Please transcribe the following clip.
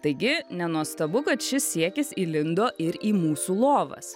taigi nenuostabu kad šis siekis įlindo ir į mūsų lovas